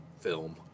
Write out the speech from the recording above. film